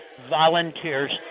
volunteers